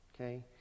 Okay